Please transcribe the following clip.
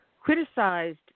criticized